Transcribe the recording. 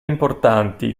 importanti